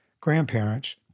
grandparents